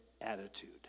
attitude